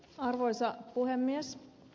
arvoisa puhemies